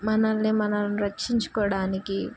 మనల్ని మనం రక్షించుకోడానికి